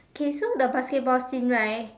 K so the basketball scene right